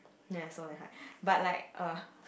ya soul and heart but like err